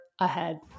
ahead